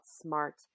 smart